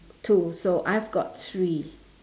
two also I've got three